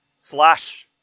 slash